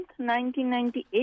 1998